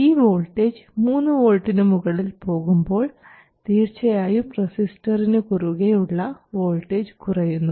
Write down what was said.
ഈ വോൾട്ടേജ് 3 വോൾട്ടിന് മുകളിൽ പോകുമ്പോൾ തീർച്ചയായും റസിസ്റ്ററിന് കുറുകെയുള്ള വോൾട്ടേജ് കുറയുന്നു